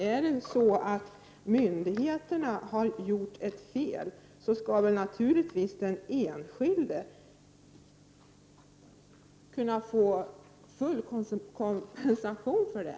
Om myndigheterna har gjort ett fel skall naturligtvis den enskilda kunna få full kompensation för det!